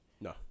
No